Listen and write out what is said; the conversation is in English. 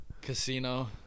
casino